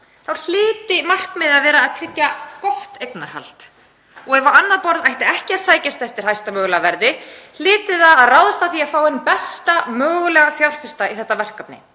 þá hlyti markmiðið að vera að tryggja gott eignarhald. Ef á annað borð ætti ekki að sækjast eftir hæsta mögulega verði hlyti það að ráðast af því að fá bestu mögulegu fjárfesta í verkefnið;